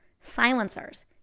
silencers